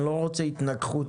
אני לא רוצה התנגחות.